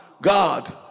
God